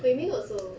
wei ming also